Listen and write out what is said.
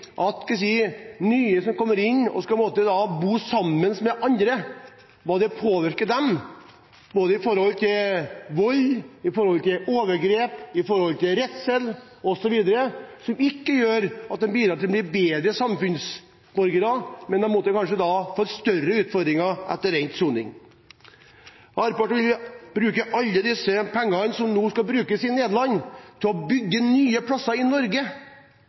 nye som kommer inn, og som skal bo sammen med andre, påvirkes når det gjelder vold, overgrep, redsel osv., som ikke bidrar til at de blir bedre samfunnsborgere, men at en kanskje får større utfordringer etter endt soning. Arbeiderpartiet vil bruke alle de pengene som nå skal brukes i Nederland, til å bygge nye plasser i Norge.